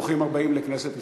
ברוכים הבאים לכנסת ישראל.